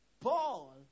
paul